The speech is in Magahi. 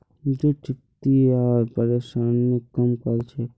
जौ डिप्थिरियार परेशानीक कम कर छेक